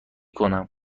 کنم